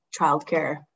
childcare